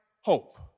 hope